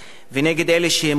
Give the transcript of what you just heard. סודנים,